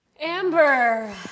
Amber